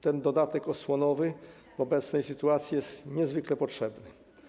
Ten dodatek osłonowy w obecnej sytuacji jest niezwykle potrzebny.